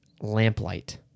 lamplight